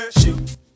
shoot